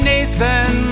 Nathan